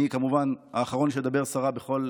אני כמובן האחרון שאדבר סרה בכל